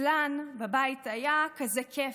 אצלן בבית היה כזה כיף,